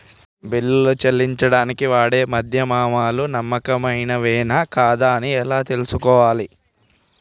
బిల్లులు చెల్లించడానికి వాడే మాధ్యమాలు నమ్మకమైనవేనా కాదా అని ఎలా తెలుసుకోవాలే?